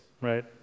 right